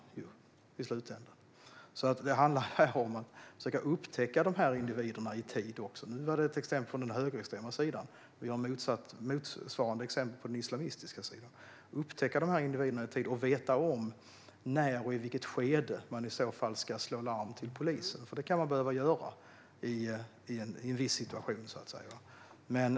Nu tog jag exempel från den högerextrema sidan, men vi har motsvarande exempel på den islamistiska sidan också. Det handlar alltså om att försöka upptäcka de här individerna i tid och veta när och i vilket skede man i så fall ska slå larm till polisen, för det kan man behöva göra i en viss situation.